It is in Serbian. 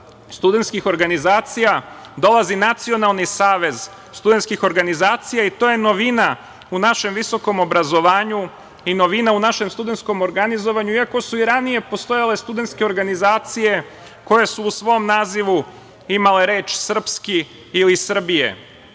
studentskih organizacija dolazi Nacionalni savez studentskih organizacija i to je novina u našem visokom obrazovanju i novina u našem studentskom organizovanju, iako su i ranije postojale studentske organizacije koje su u svom nazivu imale reč „srpski“ ili